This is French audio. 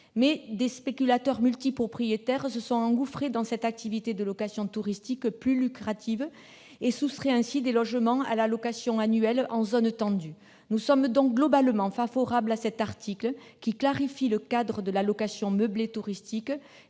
des spéculateurs multipropriétaires se sont engouffrés dans cette activité de location touristique plus lucrative, et ont ainsi soustrait des logements à la location annuelle en zones tendues. Nous sommes donc globalement favorables à cet article, qui clarifie le cadre de la location meublée touristique